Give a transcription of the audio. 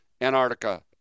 Antarctica